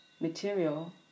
material